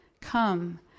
Come